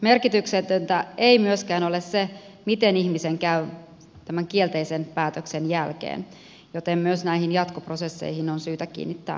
merkityksetöntä ei myöskään ole se miten ihmisen käy tämän kielteisen päätöksen jälkeen joten myös näihin jatkoprosesseihin on syytä kiinnittää huomiota